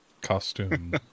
costume